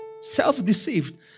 self-deceived